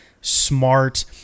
smart